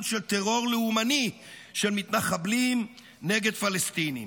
של טרור לאומני של מתנחבלים נגד פלסטינים.